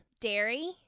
dairy